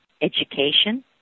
education